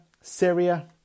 Syria